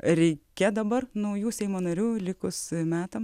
reikia dabar naujų seimo narių likus metam